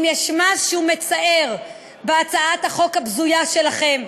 אם יש משהו מצער בהצעת החוק הבזויה שלכם,